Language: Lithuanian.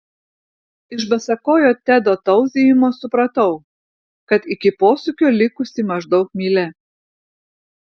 iš basakojo tedo tauzijimo supratau kad iki posūkio likusi maždaug mylia